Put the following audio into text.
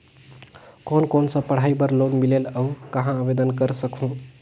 कोन कोन सा पढ़ाई बर लोन मिलेल और कहाँ आवेदन कर सकहुं?